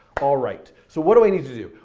alright, so what do i need to do?